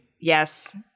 Yes